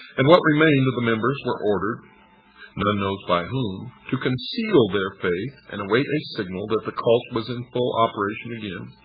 and what remained of the members were ordered none knows by whom to conceal their faith and await a signal that the cult was in full operation again.